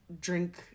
drink